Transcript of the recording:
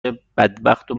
بدبختو